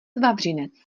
vavřinec